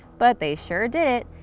but they sure did it.